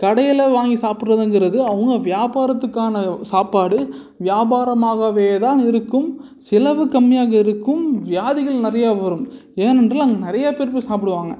கடையில் வாங்கி சாப்பிட்றதுங்குறது அவங்க வியாபாரத்துக்கான சாப்பாடு வியாபாரமாகவேதான் இருக்கும் செலவு கம்மியாக இருக்கும் வியாதிகள் நிறையா வரும் ஏனென்றால் அங்கே நிறையா பேர் போய் சாப்பிடுவாங்க